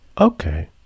okay